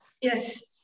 Yes